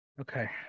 Okay